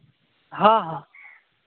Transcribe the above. हाँ हाँ